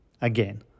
again